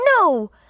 No